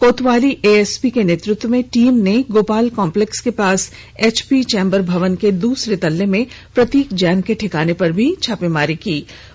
कोतवाली एएसपी के नेतत्व में टीम ने गोपॉल कॉम्प्लेक्स के पास एचपी चेंबर भवन के दुसरे तल्ले में प्रतीक जैन के ठिकाने पर भी छापामारी की है